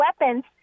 weapons